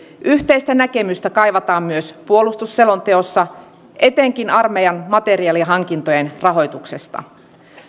yhteistä näkemystä kaivataan myös puolustusselonteossa etenkin armeijan materiaalihankintojen rahoituksesta